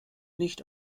nicht